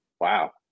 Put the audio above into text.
wow